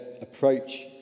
approach